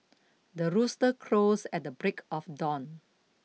the rooster crows at the break of dawn